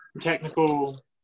technical